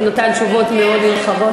הוא נתן תשובות מאוד נרחבות,